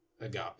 agape